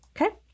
okay